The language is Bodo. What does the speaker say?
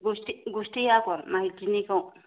गुस्टि गुस्टि आगर माइदिनिखौ